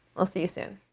we'll see you soon.